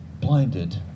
blinded